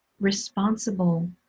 responsible